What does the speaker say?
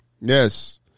Yes